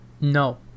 No